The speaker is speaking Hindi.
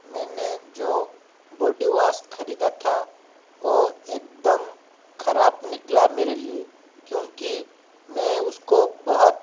मैंने जो बॉडी वास ख़रीदा था वो एक दम ख़राब निकला मेरे लिए क्योंकि मैं उसको बहुत